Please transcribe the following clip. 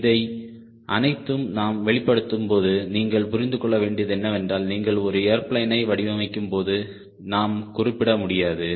இதை அனைத்தும் நாம் வெளிப்படுத்தும்போது நீங்கள் புரிந்துகொள்ள வேண்டியது என்னவென்றால் நீங்கள் ஒரு ஏர்பிளேனை வடிவமைக்கும்போது நாம் குறிப்பிட முடியாது